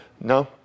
No